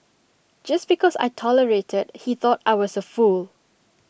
just because I tolerated he thought I was A fool